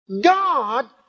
God